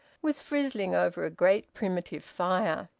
was frizzling over a great primitive fire.